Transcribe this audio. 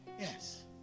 Yes